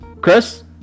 Chris